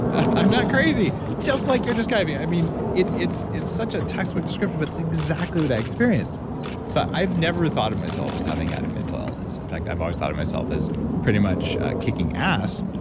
i'm not crazy just like you're describing. i mean it's is such a textbook description, but it's exactly what i experienced so i've never thought of myself as having had a mental illness. in fact, i've always thought of myself as pretty much kicking ass,